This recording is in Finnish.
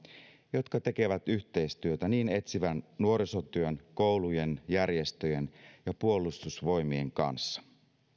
jotka tekevät yhteistyötä niin etsivän nuorisotyön koulujen järjestöjen kuin puolustusvoimien kanssa